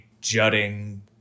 jutting